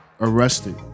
arrested